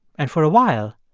and for a while,